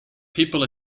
people